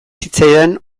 zitzaidan